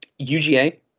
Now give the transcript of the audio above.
UGA